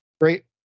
great